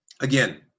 again